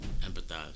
empathize